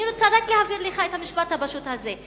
אני רוצה רק להבהיר לך את המשפט הפשוט הזה,